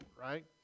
right